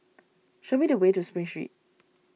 show me the way to Spring Street